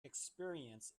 experience